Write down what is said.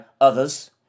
others